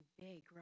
big